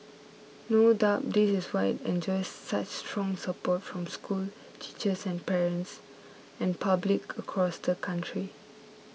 no doubt this is why it enjoys such strong support from school teachers and parents and public across the country